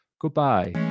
Goodbye